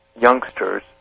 youngsters